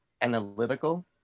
analytical